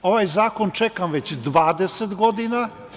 Ovaj zakon čekam već 20 godina.